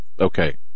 Okay